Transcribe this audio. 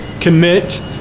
commit